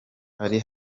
hari